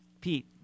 Pete